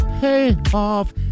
payoff